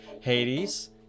Hades